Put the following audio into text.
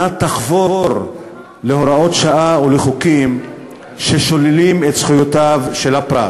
תחבור להוראות שעה ולחוקים ששוללים את זכויותיו של הפרט.